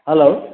hello